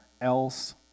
else